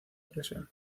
presión